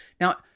Now